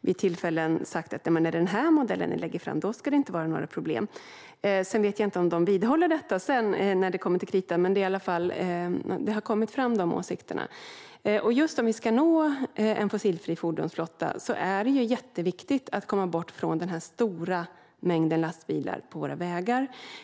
vid olika tillfällen säga att det inte ska vara några problem när man lägger fram den här modellen. Sedan vet jag inte om de vidhåller det när det kommer till kritan. Men dessa åsikter har i alla fall kommit fram. Om vi ska nå en fossilfri fordonsflotta är det jätteviktigt att komma bort från den stora mängden lastbilar på våra vägar.